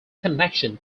connection